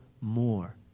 more